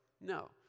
no